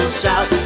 shout